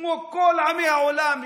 כמו לכל עמי העולם,